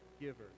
giver